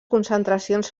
concentracions